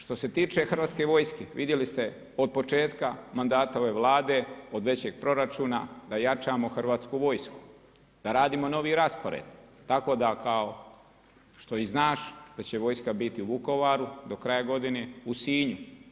Što se tiče Hrvatske vojske vidjeli ste od početka mandata ove Vlade od većeg proračuna da jačamo Hrvatsku vojsku, da radimo novi raspored, tako da kao što i znaš da će vojska biti u Vukovaru, do kraja godine u Sinju.